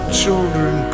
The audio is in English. children